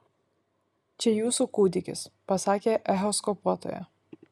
čia jūsų kūdikis pasakė echoskopuotoja